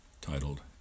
titled